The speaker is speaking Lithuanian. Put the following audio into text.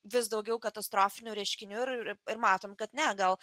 vis daugiau katastrofinių reiškinių ir ir matom kad ne gal